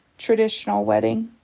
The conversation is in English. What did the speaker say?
traditional wedding.